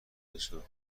بسیار